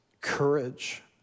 courage